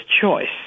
Choice